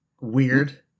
Weird